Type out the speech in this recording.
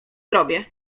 zrobię